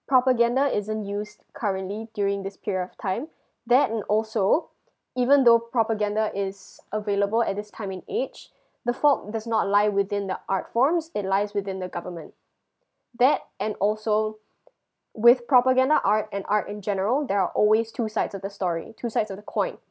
propaganda isn't used currently during this period of time that and also even though propaganda is available at this time and age the fault does not lie within the art forms it lies within the government that and also with propaganda art and art in general there are always two sides of the story two sides of the coin